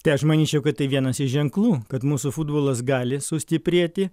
tai aš manyčiau kad tai vienas iš ženklų kad mūsų futbolas gali sustiprėti